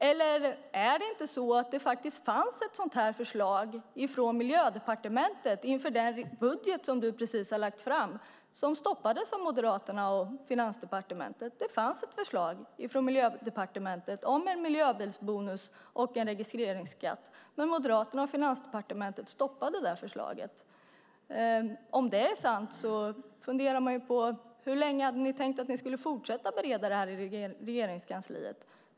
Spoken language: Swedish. Eller är det inte så att det inför den budget som du precis har lagt fram faktiskt fanns ett förslag från Miljödepartementet om en miljöbilsbonus och en registreringsskatt som stoppades av Moderaterna och Finansdepartementet? Om det är sant funderar man på hur länge ni har tänkt att ni ska fortsätta att bereda det här i Regeringskansliet.